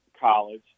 college